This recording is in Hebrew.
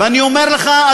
ואני אומר לך,